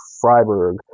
Freiburg